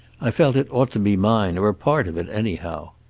i felt it ought to be mine, or a part of it anyhow.